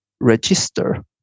register